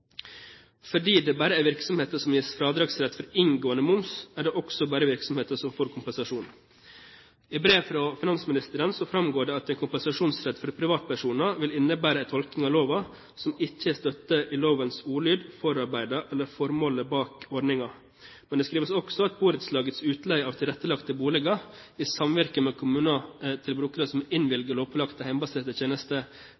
Fordi det bare er virksomheter som gis fradragsrett for inngående moms, er det også bare virksomheter som får kompensasjon. I brev fra finansministeren framgår det at en kompensasjonsrett for privatpersoner vil innebære en tolkning av loven som verken har støtte i lovens ordlyd, forarbeider eller formålet bak ordningen. Men det skrives også at borettslagets utleie av tilrettelagte boliger, i samvirke med kommunen, til brukere som